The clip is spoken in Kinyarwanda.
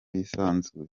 yisanzuye